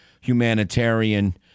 humanitarian